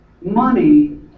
Money